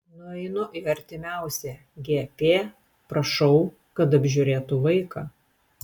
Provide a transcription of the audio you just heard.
nueinu į artimiausią gp prašau kad apžiūrėtų vaiką